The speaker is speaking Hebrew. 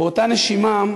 באותה נשימה,